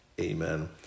Amen